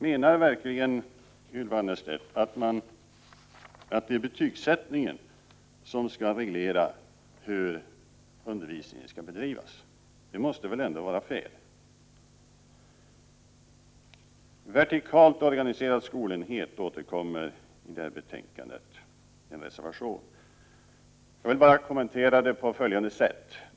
Menar verkligen Ylva Annerstedt att det är betygsättningen som skall reglera hur undervisningen skall bedrivas? Det måste väl ändå vara fel? En reservation om vertikalt organiserade skolenheter återkommer i det här betänkandet. Jag vill bara kommentera det på följande sätt.